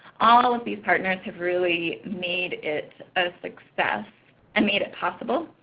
all all and these partners have really made it a success and made it possible.